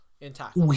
intact